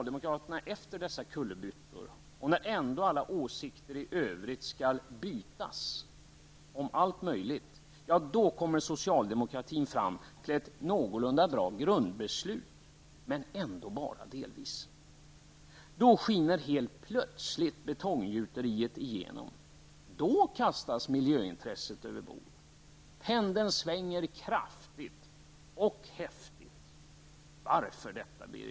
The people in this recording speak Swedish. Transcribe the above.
Efter dessa kullerbyttor och när alla åsikter i övrigt ändå skall bytas, och det gäller då allt möjligt, ja, då kommer socialdemokraterna fram till ett någorlunda bra grundbeslut -- men bara delvis. Plötsligt skiner betonggjuteriet igenom. Plötsligt kastas miljöintresset över bord. Pendeln svänger kraftigt och häftigt. Varför, Birger Rosqvist?